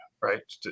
right